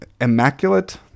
immaculate